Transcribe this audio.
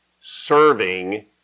serving